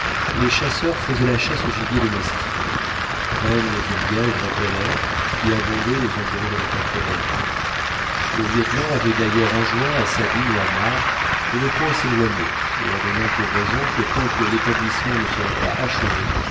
les chasseurs faisaient la chasse au gibier domestique rennes et lièvres polaires qui abondaient aux environs de la factorerie le lieutenant avait d'ailleurs enjoint à sabine et à marbre de ne point s'éloigner leur donnant pour raison que tant que l'établissement ne serait pas achevé